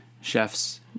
chefs